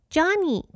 Johnny